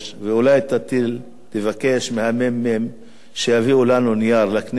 אולי תטיל, תבקש מהממ"מ שיביאו לנו, לכנסת,